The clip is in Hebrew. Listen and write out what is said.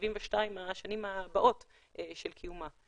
ל-72 השנים הבאות של קיומה.